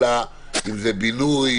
אלא אם זה בינוי,